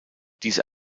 diese